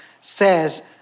says